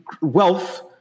wealth